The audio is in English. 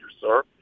sir